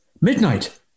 Midnight